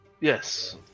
Yes